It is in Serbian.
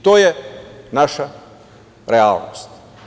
To je naša realnost.